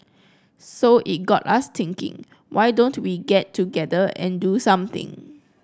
so it got us thinking why don't we get together and do something